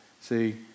See